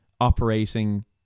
operating